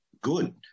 Good